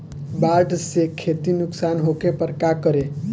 बाढ़ से खेती नुकसान होखे पर का करे?